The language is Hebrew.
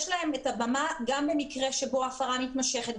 יש להם את הבמה גם במקרה של הפרה מתמשכת,